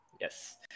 Yes